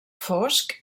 fosc